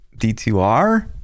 D2R